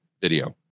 video